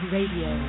Radio